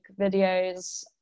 videos